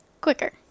quicker